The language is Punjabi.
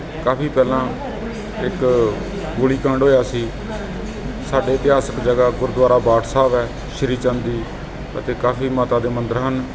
ਕਾਫੀ ਪਹਿਲਾਂ ਇੱਕ ਗੋਲੀਕਾਂਡ ਹੋਇਆ ਸੀ ਸਾਡੇ ਇਤਿਹਾਸਕ ਜਗ੍ਹਾ ਗੁਰਦੁਆਰਾ ਬਾਠ ਸਾਹਿਬ ਹੈ ਸ੍ਰੀ ਚੰਦ ਜੀ ਅਤੇ ਕਾਫੀ ਮਾਤਾ ਦੇ ਮੰਦਿਰ ਹਨ